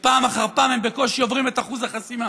שפעם אחר פעם הם בקושי עוברים את אחוז החסימה.